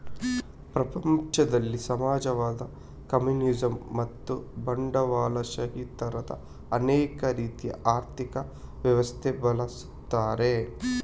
ಪ್ರಪಂಚದಲ್ಲಿ ಸಮಾಜವಾದ, ಕಮ್ಯುನಿಸಂ ಮತ್ತು ಬಂಡವಾಳಶಾಹಿ ತರದ ಅನೇಕ ರೀತಿಯ ಆರ್ಥಿಕ ವ್ಯವಸ್ಥೆ ಬಳಸ್ತಾರೆ